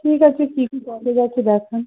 ঠিক আছে কী কী প্রসেস আছে দেখান